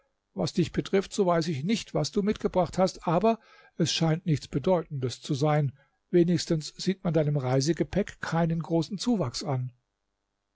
was dich betrifft so weiß ich nicht was du mitgebracht hast aber es scheint nichts bedeutendes zu sein wenigstens sieht man deinem reisegepäck keinen großen zuwachs an